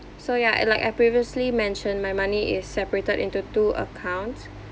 so ya and like I previously mentioned my money is separated into two accounts